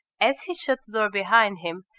as he shut the door behind him,